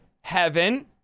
heaven